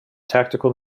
tactical